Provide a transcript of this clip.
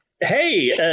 Hey